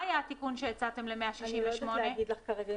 אני לא יודעת להגיד לך כרגע.